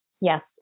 Yes